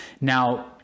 Now